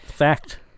Fact